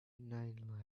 nine